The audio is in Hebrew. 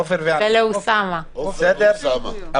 לעופר כסיף ולי.